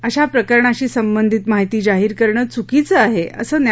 अशा प्रकरणाशी संबंधित माहिती जाहीर करणं चुकीचं आहे असं न्या